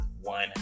One